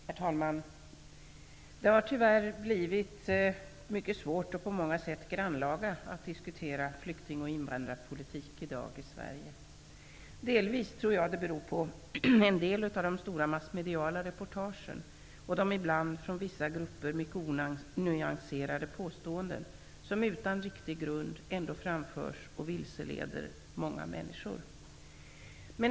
Herr talman! Det har tyvärr blivit mycket svårt och på många sätt grannlaga att diskutera flykting och invandrarpolitik i dag i Sverige. Delvis tror jag att det beror på en del av de stora, massmediala reportagen och de ibland, från vissa grupper, mycket onyanserade påståenden som utan riktig grund ändå framförs och vilseleder många människor.